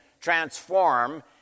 transform